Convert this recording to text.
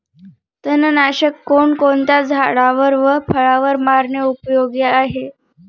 तणनाशक कोणकोणत्या झाडावर व फळावर मारणे उपयोगी आहे?